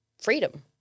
freedom